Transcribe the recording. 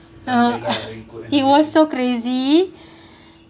uh it was so crazy